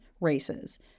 races